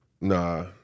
Nah